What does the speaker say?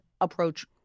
approach